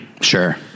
sure